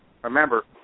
Remember